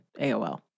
AOL